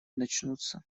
начнутся